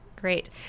Great